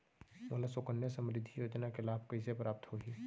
मोला सुकन्या समृद्धि योजना के लाभ कइसे प्राप्त होही?